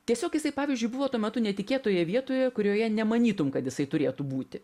tiesiog jisai pavyzdžiui buvo tuo metu netikėtoje vietoje kurioje nemanytum kad jisai turėtų būti